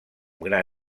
gran